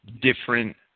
different